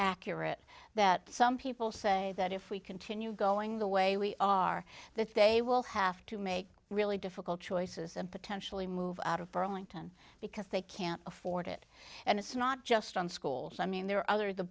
accurate that some people say that if we continue going the way we are that they will have to make really difficult choices and potentially move out of burlington because they can't afford it and it's not just on schools i mean there are other the